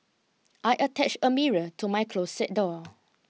I attached a mirror to my closet door